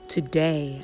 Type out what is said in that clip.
Today